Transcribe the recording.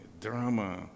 drama